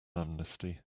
amnesty